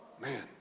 man